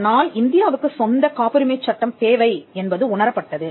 அதனால் இந்தியாவுக்குச் சொந்தக் காப்புரிமை சட்டம் தேவை என்பது உணரப்பட்டது